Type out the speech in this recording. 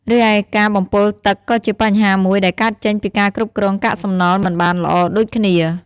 រីឯការបំពុលទឹកក៏ជាបញ្ហាមួយដែលកើតចេញពីការគ្រប់គ្រងកាកសំណល់មិនបានល្អដូចគ្នា។